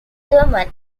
german